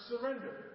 surrender